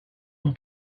d’en